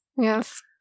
Yes